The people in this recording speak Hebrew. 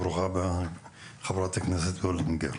ברוכה הבאה חברת הכנסת מיכל וולדיגר,